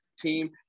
team